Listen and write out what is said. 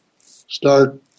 start